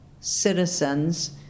citizens